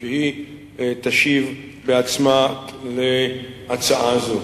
היה שהיא תשיב בעצמה על הצעה זו.